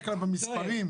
כלל במספרים.